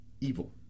evil